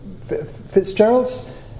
Fitzgerald's